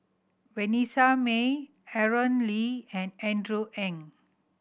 Vanessa Mae Aaron Lee and Andrew Ang